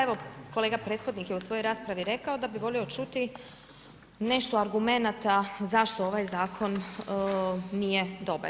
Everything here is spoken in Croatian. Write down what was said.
Evo, kolega prethodnik je u svojoj raspravi rekao da bi volio čuti nešto argumenata zašto ovaj zakon nije dobar.